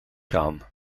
kraan